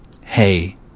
hey